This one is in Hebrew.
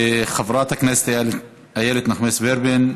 חברת הכנסת איילת נחמיאס ורבין,